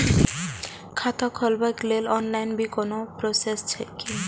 खाता खोलाबक लेल ऑनलाईन भी कोनो प्रोसेस छै की?